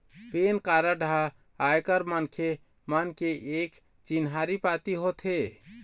PAN card ह आयकर मनखे मन के एक चिन्हारी पाती होथे